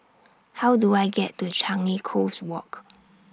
How Do I get to Changi Coast Walk